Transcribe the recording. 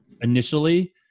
initially